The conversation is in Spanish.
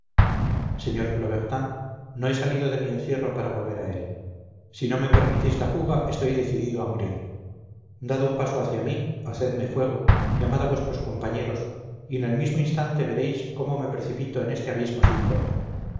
sr plobertin no he salido de mi encierro para volver a él si no me permitís la fuga estoy decidido a morir dad un paso hacia mí hacedme fuego llamad a vuestros compañeros y en el mismo instante veréis cómo me precipito en este abismo sin fondo